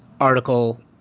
article